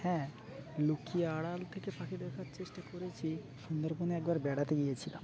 হ্যাঁ লুকিয়ে আড়াল থেকে পাখি দেখার চেষ্টা করেছি সুন্দরবনে একবার বেড়াতে গিয়েছিলাম